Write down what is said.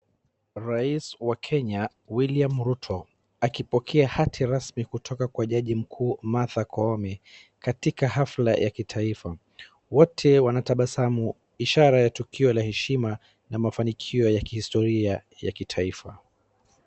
Rais wa Kenya William Ruto, akipokea rati rasmi kutoka kwa jaji mkuu Martha Koome katika hafla ya kitaifa. Wote wanatabasamu ishara ya tukio la heshima na mafanikio ya kihistoria ya kitaifa.